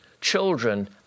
Children